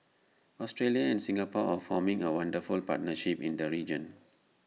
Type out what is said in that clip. Australia and Singapore are forming A wonderful partnership in the region